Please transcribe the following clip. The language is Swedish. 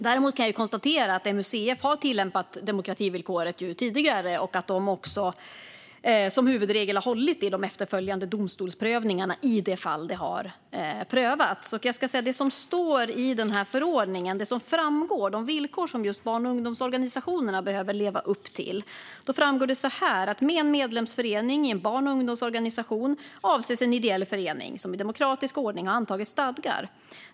Däremot kan jag konstatera att MUCF har tillämpat demokrativillkoret tidigare och att de som huvudregel har hållit i de efterföljande domstolsprövningarna i de fall det har prövats. Jag ska nämna det som står i förordningen om de villkor som just barn och ungdomsorganisationerna behöver leva upp till. Där framgår det att med en medlemsförening i en barn och ungdomsorganisation avses en ideell förening som i demokratisk ordning har antagit stadgar.